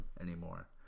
anymore